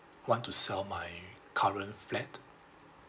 want to sell my current flat